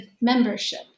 membership